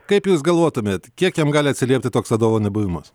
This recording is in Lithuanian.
kaip jūs galvotumėt kiek jam gali atsiliepti toks vadovo nebuvimas